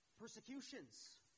Persecutions